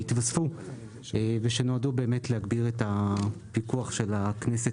שהתווספו ושנועדו באמת להגביר את הפיקוח של הכנסת